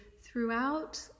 throughout